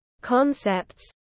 concepts